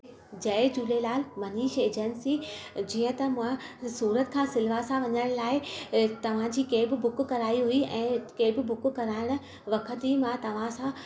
जय Jhulelal Manish agency जीअं त मां सूरत खां सिलवासा वञण लाइ तव्हांजी कैब बुक कराई हुई ऐं कैब बुक कराइणु वक़्त ई मां तव्हांसां